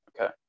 okay